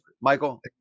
Michael